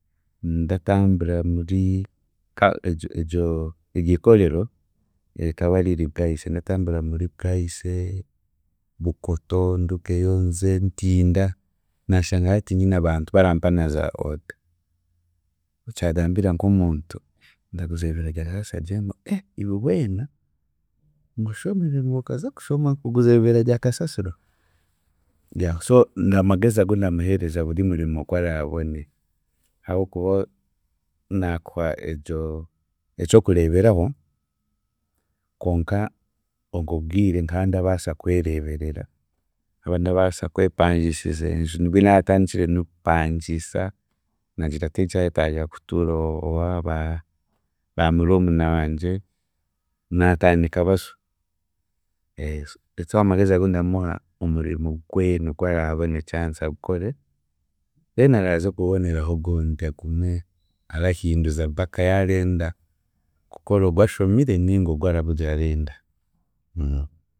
Ndatambura muri ka- egyo eryikorero rikaba riri Bwaise ndatambura muri Bwaise Bukoto, ndugeyo nze Ntinda, naashanga hati nyine abantu barampa na za order nkyagambira nk'omuntu ndaguza ebiveera arasa agire ngu ee iwe weena ngushi obwe okaza kushoma kuguza ebiveera rya kasasiro so amagezi agu ndamuheereza buri murimo ogu araabone, ahabw'okuba naakuha egyo eky'okureeberaho konka obwo bwire nkandabaasa kwereeberera, nkaba ndabaasa kwepangisiza enju, nibwe naatandikire n'okupangisa naagira tinkyayetaaga kutuura owabamurumuna wangye, naatandika baso, so amagezi agu ndamuha omurimo gwena ogu araabone chance agukore then araaze kuboneraho ogundi agume arahinduza mpaka yaarenda kukora ogu ashomire ninga ogwarahurira arenda